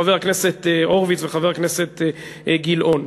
חבר הכנסת הורוביץ וחבר הכנסת גילאון.